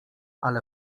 ale